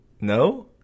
No